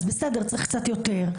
אז בסדר צריך קצת יותר.